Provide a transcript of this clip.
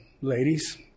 ladies